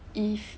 if